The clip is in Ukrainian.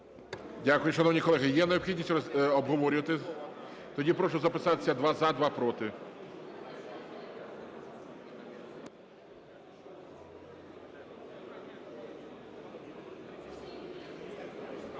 Дякую. Шановні колеги, є необхідність обговорювати? Тоді прошу записатися: два – за, два – проти.